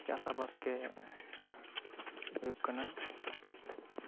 ᱪᱟᱥ ᱵᱟᱥ ᱜᱮ ᱦᱩᱭᱩᱜ ᱠᱟᱱᱟ